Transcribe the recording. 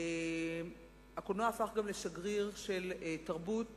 הקולנוע הפך גם לשגריר של תרבות